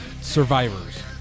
survivors